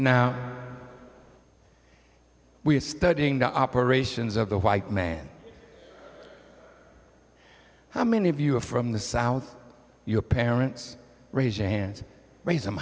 we're studying the operations of the white man how many of you are from the south your parents raise your hand raise them